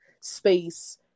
space